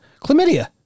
Chlamydia